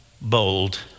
bold